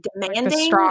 demanding